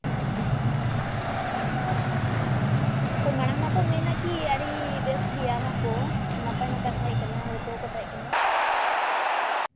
ᱦᱳᱭ ᱢᱟᱲᱟᱝ ᱢᱟᱠᱚ ᱢᱮᱱᱟ ᱠᱤ ᱟᱹᱰᱤ ᱵᱮᱥ ᱜᱮᱭᱟ ᱚᱱᱟᱠᱚ ᱱᱟᱯᱟᱭ ᱱᱟᱯᱟᱭ ᱛᱟᱦᱮᱸ ᱠᱟᱱᱟ ᱦᱚᱲ ᱠᱚᱦᱚᱸ ᱠᱚ ᱛᱟᱦᱮᱸ ᱠᱟᱱᱟ